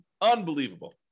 Unbelievable